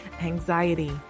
anxiety